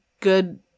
good